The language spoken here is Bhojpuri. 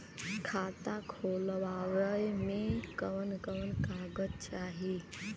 खाता खोलवावे में कवन कवन कागज चाही?